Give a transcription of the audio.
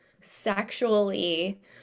sexually